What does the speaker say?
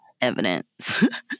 evidence